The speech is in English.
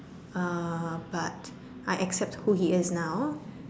uh but I accept who he is now